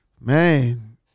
Man